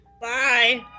Bye